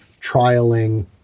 trialing